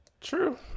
True